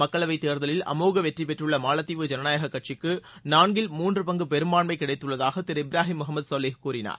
மக்களவைத் தேர்தலில் அமோக வெற்றி பெற்றுள்ள மாலத்தீவு ஜனநாயக கட்சிக்கு நான்கில் மூன்று பங்கு பெரும்பான்மை கிடைத்துள்ளதாக திரு இப்ராஹிம் முகமது சோலிக் கூறினார்